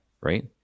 right